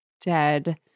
dead